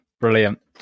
Brilliant